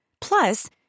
Plus